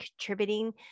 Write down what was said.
contributing